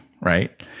right